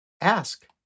ask